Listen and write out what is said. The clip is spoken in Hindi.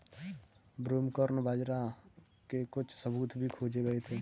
ब्रूमकॉर्न बाजरा के कुछ सबूत भी खोजे गए थे